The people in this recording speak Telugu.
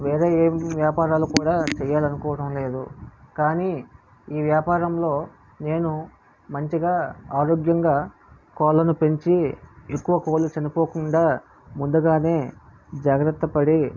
వేరే ఏమి వ్యాపారాలు కూడా చేయాలని అనుకోవడంలేదు కానీ ఈ వ్యాపారంలో నేను మంచిగా ఆరోగ్యంగా కోళ్ళను పెంచి ఎక్కువ కోళ్ళు చనిపోకుండా ముందుగా జాగ్రత్తపడి